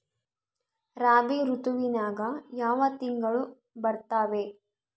ರಾಬಿ ಋತುವಿನ್ಯಾಗ ಯಾವ ತಿಂಗಳು ಬರ್ತಾವೆ?